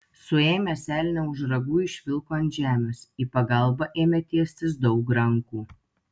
suėmęs elnią už ragų išvilko ant žemės į pagalbą ėmė tiestis daug rankų